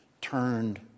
turned